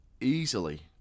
easily